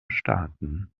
staaten